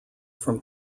from